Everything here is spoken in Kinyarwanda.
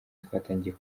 twatangiye